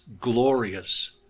glorious